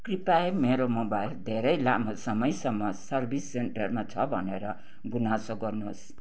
कृपया मेरो मोबाइल धेरै लामो समयसम्म सर्भिस सेन्टरमा छ भनेर गुनासो गर्नुहोस्